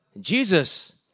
Jesus